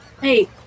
hey